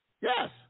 Yes